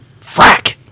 Frack